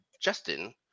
Justin